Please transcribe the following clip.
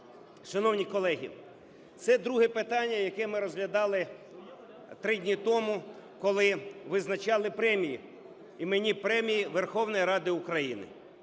Шановні колеги, це друге питання, яке ми розглядали три дні тому, коли визначали премії, іменні премії Верховної Ради України.